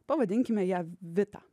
pavadinkime ją vita